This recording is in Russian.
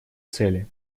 цели